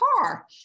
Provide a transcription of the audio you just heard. car